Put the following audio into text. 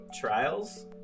Trials